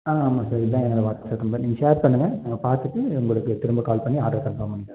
ஆ ஆமாம் சார் இதான் என்னோடய வாட்ஸப் நம்பர் நீங்கள் ஷேர் பண்ணுங்கள் நாங்கள் பார்த்துட்டு உங்களுக்கு திரும்ப கால் பண்ணி ஆடர கன்ஃபார்ம் பண்ணுறோம்